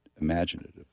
imaginative